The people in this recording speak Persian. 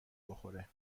بخوره